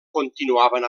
continuaven